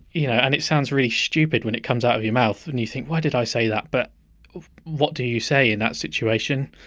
you know, and it sounds really stupid when it comes out of your mouth and you think why did i say that. but what do you say in that situation?